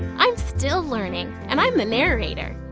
i'm still learning, and i'm the narrator.